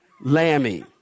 Lammy